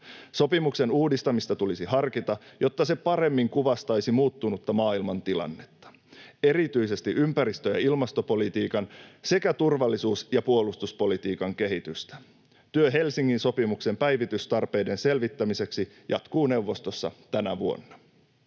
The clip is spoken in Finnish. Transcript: Sopimuksen uudistamista tulisi harkita, jotta se paremmin kuvastaisi muuttunutta maailmantilannetta, erityisesti ympäristö- ja ilmastopolitiikan sekä turvallisuus- ja puolustuspolitiikan kehitystä. Työ Helsingin sopimuksen päivitystarpeiden selvittämiseksi jatkuu neuvostossa tänä vuonna.